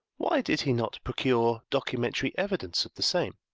why did he not procure documentary evidence of the same?